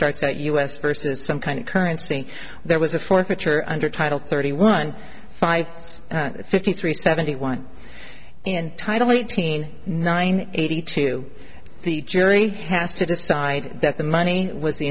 starts out us vs some kind of currency there was a fourth which are under title thirty one five fifty three seventy one and title eighteen nine eighty two the jury has to decide that the money was the